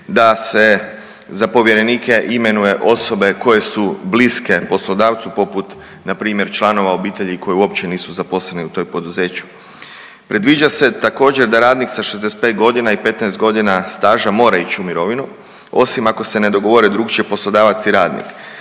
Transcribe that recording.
da se za povjerenike imenuje osobe koje su bliske poslodavcu poput npr. članova obitelji koji uopće nisu zaposleni u tom poduzeću. Predviđa se također da radnik sa 65 godina i 15 godina staža mora ići u mirovinu osim ako se ne dogovore drukčije poslodavac i radnik.